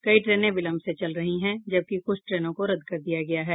कई ट्रेनें विलंब से चल रही हैं जबकि कुछ ट्रेनों को रद्द कर दिया गया है